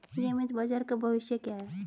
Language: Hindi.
नियमित बाजार का भविष्य क्या है?